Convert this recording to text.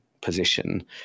position